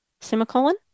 semicolon